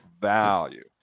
Value